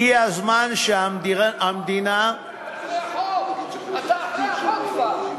הגיע הזמן שהמדינה, אתה אחרי החוק כבר.